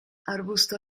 arbusto